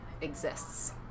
exists